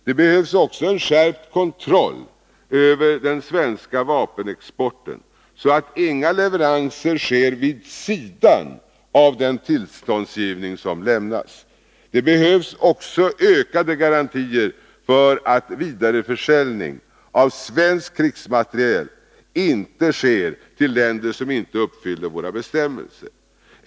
Det behövs också en skärpt kontroll över den svenska vapenexporten, så att inga leveranser sker vid sidan av den tillståndsgivning som sker. Det behövs också ökade garantier för att vidareförsäljning av svensk krigsmateriel inte sker till länder som inte uppfyller våra bestämmelser.